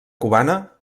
cubana